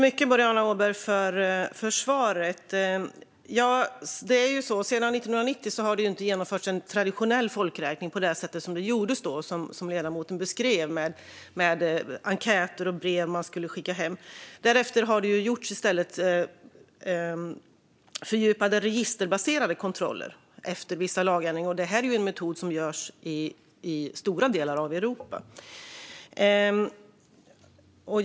Herr talman! Sedan 1990 har det inte genomförts en traditionell folkräkning med enkätbrev på det sätt som ledamoten beskrev. I stället har det efter vissa lagändringar gjorts fördjupade registerbaserade kontroller enligt en modell som används i stora delar av Europa.